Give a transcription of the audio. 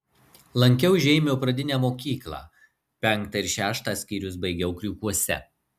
lankiau žeimio pradinę mokyklą penktą ir šeštą skyrius baigiau kriūkuose